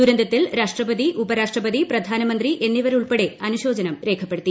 ദുരന്തതിൽ രാഷ്ട്രപതി ഉപരാഷ്ട്രപതി പ്രധാനമന്ത്രി എന്നിവരുൾപ്പെടെ അനുശോചനം രേഖപ്പെടുത്തി